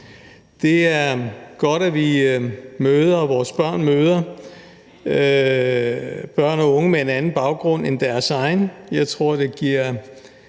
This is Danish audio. Det er godt, at vores børn møder børn og unge med en anden baggrund end deres egen. Jeg tror, at det giver